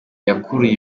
yakuruye